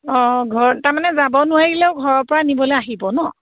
অঁ ঘৰ তাৰমানে যাব নোৱাৰিলেও ঘৰৰ পৰা নিবলৈ আহিব নহ্